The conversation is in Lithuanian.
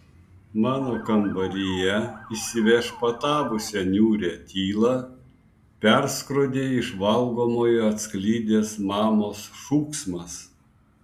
mano kambaryje įsiviešpatavusią niūrią tylą perskrodė iš valgomojo atsklidęs mamos šūksmas